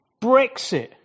Brexit